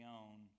own